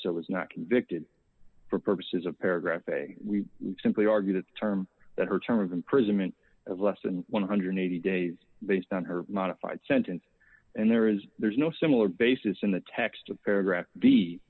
grocer was not convicted for purposes of paragraph a we simply argue that the term that her term of imprisonment is less than one hundred and eighty dollars days based on her modified sentence and there is there is no similar basis in the text of paragraph b